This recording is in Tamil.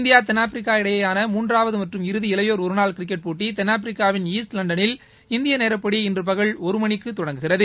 இந்தியா தென்னாப்பிரிக்கா இடையேயான மூன்றாவது மற்றும் இறுதி இளையோர் ஒருநாள் கிரிக்கெட் போட்டி தென்னாப்பிரிக்காவின் ஈஸ்ட் லண்டனில் இந்திய நேரப்படி இன்று பகல் ஒரு மணிக்கு தொடங்குகிறது